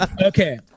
Okay